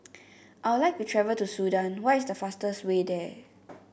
I would like to travel to Sudan what is the fastest way there